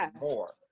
more